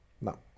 no